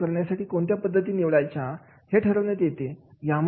कार्य करण्यासाठी कोणत्या पद्धती निवडायच्या हे ठरवण्यात येते